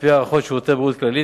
על-פי הערכות "שירותי בריאות כללית",